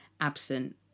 absent